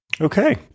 Okay